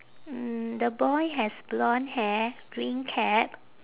mm the boy has blonde hair green cap